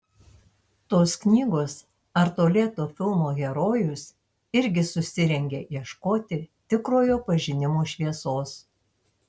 tos knygos ar to lėto filmo herojus irgi susirengia ieškoti tikrojo pažinimo šviesos